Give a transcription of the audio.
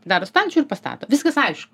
daro stalčių ir pastato viskas aišku